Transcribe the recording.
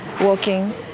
walking